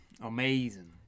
Amazing